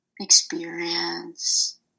experience